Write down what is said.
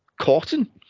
Cotton